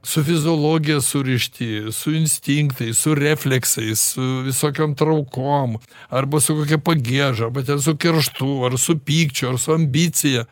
su fiziologija surišti su instinktais su refleksais visokiom traukom arba su kokia pagieža bet ar su kerštu ar su pykčiu ar su ambicija